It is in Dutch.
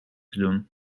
doen